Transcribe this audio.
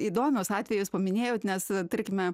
įdomius atvejus paminėjot nes a tarkime